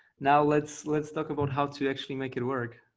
now let's let's talk about how to actually make it work.